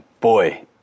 Boy